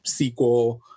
SQL